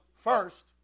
First